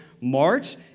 March